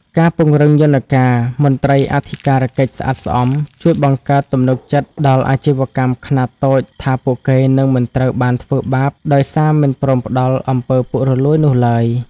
ការពង្រឹងយន្តការ "មន្ត្រីអធិការកិច្ចស្អាតស្អំ" ជួយបង្កើតទំនុកចិត្តដល់អាជីវកម្មខ្នាតតូចថា ពួកគេនឹងមិនត្រូវបានធ្វើបាបដោយសារមិនព្រមផ្ដល់ អំពើពុករលួយ នោះឡើយ។